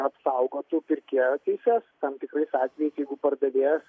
apsaugotų pirkėjo teises tam tikrais atvejais jeigu pardavėjas